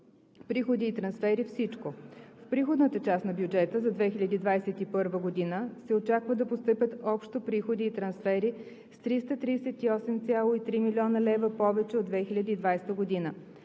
Приходи и трансфери – всичко: В приходната част на бюджета за 2021 г. се очаква да постъпят общо приходи и трансфери с 338,3 млн. лв. повече от 2020 г.